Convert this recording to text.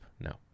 No